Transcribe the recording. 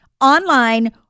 online